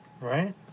Right